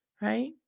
right